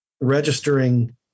registering